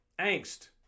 angst